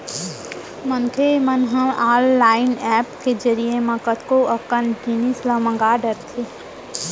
मनसे मन ह ऑनलाईन ऐप के जरिए म कतको अकन जिनिस ल मंगा डरथे